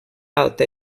alta